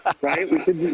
right